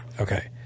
Okay